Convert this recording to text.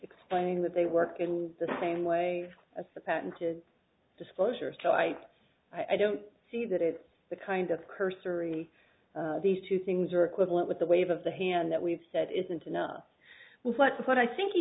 explaining that they work in the same way as the patented disclosure so i i don't see that it's the kind of cursory these two things are equivalent with the wave of the hand that we've said isn't enough what's what i think he